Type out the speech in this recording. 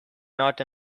not